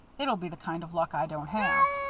it'll be the kind of luck i don't have.